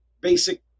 basic